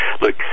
look